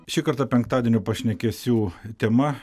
šį kartą penktadienio pašnekesių tema